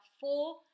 four